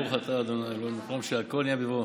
ברוך אתה ה' אלוקינו מלך העולם שהכול נהיה בדברו.